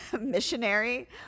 missionary